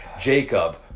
Jacob